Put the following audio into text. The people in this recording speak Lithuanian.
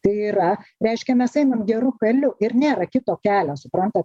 tai yra reiškia mes einam geru keliu ir nėra kito kelio suprantat